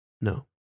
no